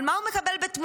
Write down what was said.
אבל מה הוא מקבל בתמורה?